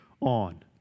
on